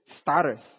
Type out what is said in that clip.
status